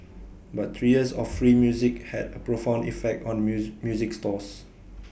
but three years of free music had A profound effect on muse music stores